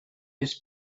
his